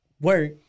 work